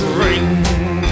ring